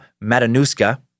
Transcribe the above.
Matanuska